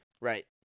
Right